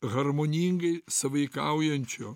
harmoningai sąveikaujančio